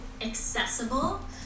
accessible